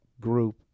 Group